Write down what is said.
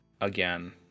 again